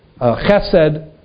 Chesed